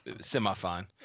semi-fine